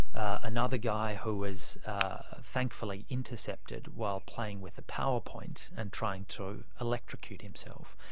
another guy who was thankfully intercepted while playing with a power point and trying to electrocute himself.